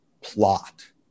plot